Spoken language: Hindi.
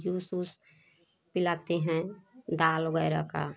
जूस उस पिलाते हैं दाल वगैरह का